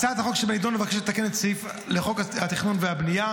הצעת החוק שבנדון מבקשת לתקן את הסעיף לחוק התכנון והבנייה